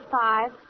five